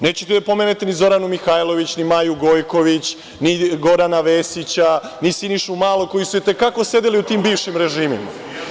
Nećete da pomenete ni Zoranu Mihajlović, ni Maju Gojković, ni Gorana Vesića, ni Sinišu Malog koji su i te kako sedeli u tim bivšim režimima.